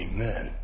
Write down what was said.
Amen